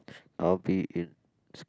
I'll be in